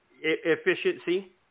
efficiency